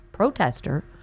Protester